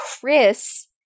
Chris